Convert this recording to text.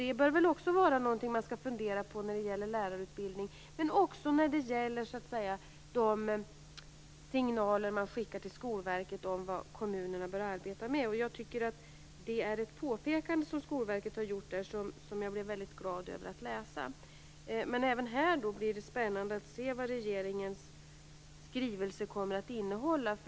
Detta bör vara något att fundera på vad gäller lärarutbildningen men även när det gäller de signaler som skickas till Skolverket om vad kommunerna bör arbeta med. Skolverket har i detta sammanhang gjort ett påpekande som jag blev väldigt glad över att läsa. Även på den här punkten blir det spännande att se vad regeringens skrivelse kommer att innehålla.